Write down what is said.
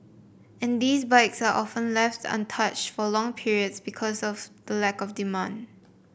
and these bikes are often left untouched for long periods because of the lack of demand